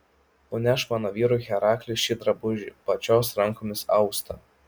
nunešk mano vyrui herakliui šį drabužį pačios rankomis austą